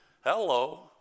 Hello